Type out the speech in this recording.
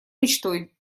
мечтой